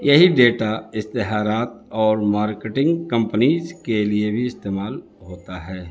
یہی ڈیٹا اشتہارات اور مارکیٹنگ کمپنیز کے لیے بھی استعمال ہوتا ہے